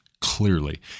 clearly